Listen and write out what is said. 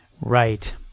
Right